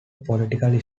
political